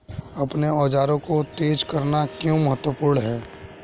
अपने औजारों को तेज करना क्यों महत्वपूर्ण है?